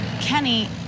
Kenny